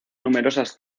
numerosas